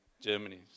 Germany